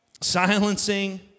Silencing